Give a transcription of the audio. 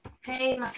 Hey